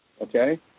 Okay